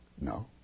No